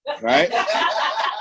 right